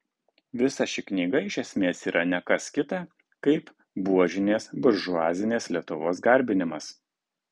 visa ši knyga iš esmės yra ne kas kita kaip buožinės buržuazinės lietuvos garbinimas